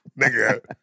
nigga